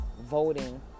voting